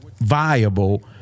viable